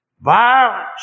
Violence